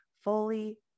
fully